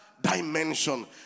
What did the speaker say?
dimension